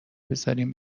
بذارین